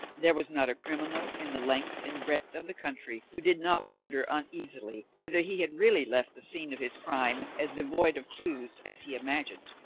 there was not a criminal in the length and breadth of the country who did not wonder uneasily whether he had really left the scene of his crime as devoid of clues as he imagined,